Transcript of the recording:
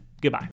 goodbye